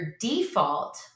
default